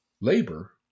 labor